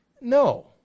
no